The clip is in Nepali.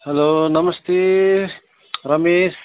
हेलो नमस्ते रमेश